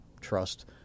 trust